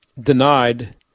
denied